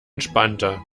entspannter